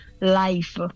life